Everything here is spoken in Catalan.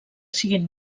siguin